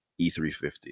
E350